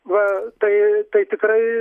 va tai tai tikrai